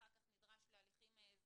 אחר כך נדרש להליכים אזרחיים.